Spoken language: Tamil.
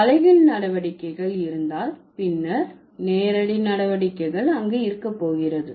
தலைகீழ் நடவடிக்கைகள் இருந்தால் பின்னர் நேரடி நடவடிக்கைகள் அங்கு இருக்க போகிறது